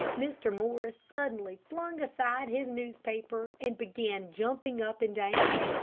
mr. morris suddenly flung aside his newspaper, and began jumping up and down.